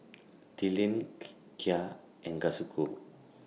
Tilden Kaia and Kazuko